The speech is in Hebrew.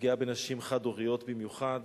ופגיעה בנשים חד-הוריות במיוחד